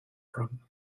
from